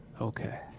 Okay